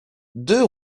deux